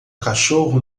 cachorro